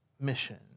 mission